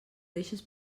deixes